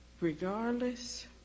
regardless